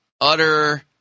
Utter